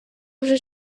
вже